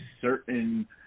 certain